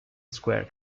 square